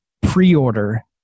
pre-order